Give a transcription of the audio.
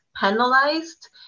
penalized